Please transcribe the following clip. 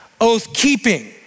oath-keeping